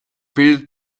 bildet